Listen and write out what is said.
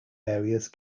areas